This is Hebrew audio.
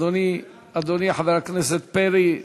אדוני חבר הכנסת פרי,